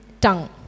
tongue